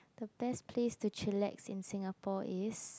the best place to chillax in Singapore is